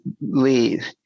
leave